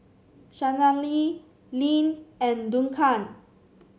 Shanelle Lynn and Duncan